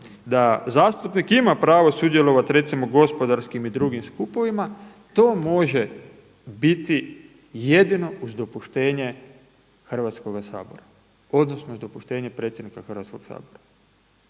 da zastupnik ima pravo sudjelovati recimo u gospodarskim i drugim skupovima to može biti jedino uz dopuštenje Hrvatskoga sabora odnosno uz dopuštenje predsjednika Hrvatskoga sabora,